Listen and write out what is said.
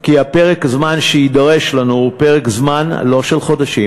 כי פרק הזמן שיידרש לנו הוא פרק זמן לא של חודשים.